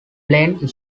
planned